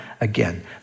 again